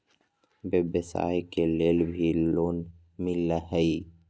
व्यवसाय के लेल भी लोन मिलहई?